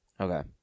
Okay